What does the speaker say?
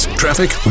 traffic